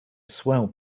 swell